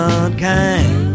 unkind